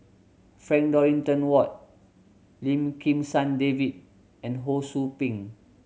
Frank Dorrington Ward Lim Kim San David and Ho Sou Ping